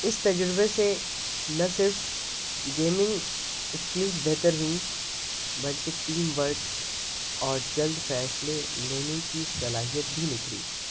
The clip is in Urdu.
اس تجربے سے نہ صرف گیمنگ اسکلز بہتر ہوئیں بلکہ ٹیم ورک اور جلد فیصلے لینے کی صلاحیت بھی نکری